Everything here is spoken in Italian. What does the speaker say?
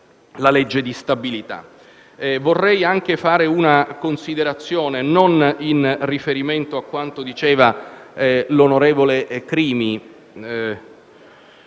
la legge di stabilità.